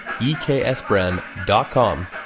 EKSBrand.com